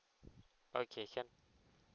okay can